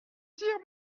tire